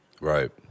Right